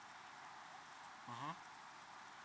mmhmm